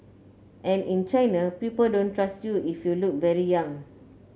and in China people don't trust you if you look very young